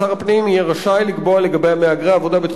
שר הפנים יהיה רשאי לקבוע לגבי מהגרי העבודה בתחום